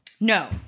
No